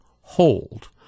hold